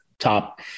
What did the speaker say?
top